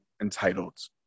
entitled